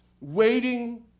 waiting